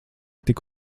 tik